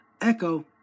Echo